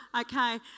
Okay